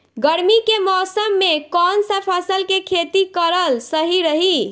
गर्मी के मौषम मे कौन सा फसल के खेती करल सही रही?